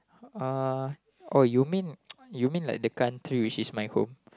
uh oh you mean you mean like the country which is my home